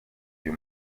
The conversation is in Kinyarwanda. uyu